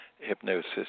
hypnosis